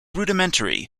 rudimentary